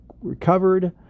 recovered